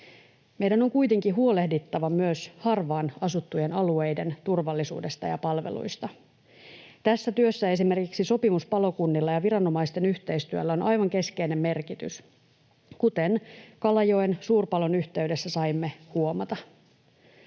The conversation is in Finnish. Meidän on kuitenkin huolehdittava myös harvaan asuttujen alueiden turvallisuudesta ja palveluista. Tässä työssä esimerkiksi sopimuspalokunnilla ja viranomaisten yhteistyöllä on aivan keskeinen merkitys, kuten Kalajoen suurpalon yhteydessä saimme huomata.